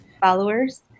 followers